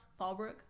fallbrook